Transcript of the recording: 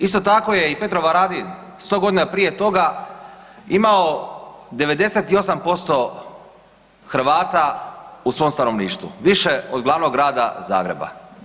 Isto tako je i Petrovaradin 100 g. prije toga imao 98% Hrvata u svom stanovništvu, više od glavnog grada Zagreba.